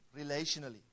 relationally